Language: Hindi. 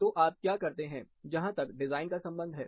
तो आप क्या करते हैं जहां तक डिजाइन का संबंध है